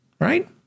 right